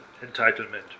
entitlement